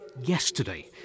yesterday